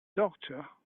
doctor